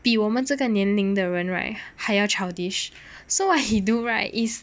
比我们这个年龄的人还要 childish so what he do right is